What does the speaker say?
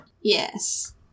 Yes